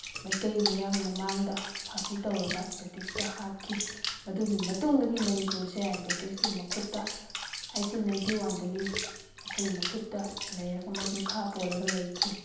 ꯃꯩꯇꯩ ꯃꯤꯌꯥꯝ ꯃꯃꯥꯡꯗ ꯐꯥꯁꯤ ꯇꯧꯔꯒ ꯕ꯭ꯔꯤꯇꯤꯁꯅ ꯍꯥꯠꯈꯤ ꯃꯗꯨꯒꯤ ꯃꯇꯨꯡꯗꯒꯤ ꯃꯅꯤꯄꯨꯔꯁꯦ ꯕ꯭ꯔꯤꯇꯤꯁꯀꯤ ꯃꯈꯨꯠꯇ ꯑꯩꯇꯤꯟ ꯅꯥꯏꯇꯤ ꯋꯥꯟꯗꯒꯤ ꯃꯈꯣꯏꯒꯤ ꯃꯈꯨꯠꯇ ꯂꯩꯔꯒ ꯃꯤꯈꯥ ꯄꯣꯜꯂꯒ ꯂꯩꯈꯤ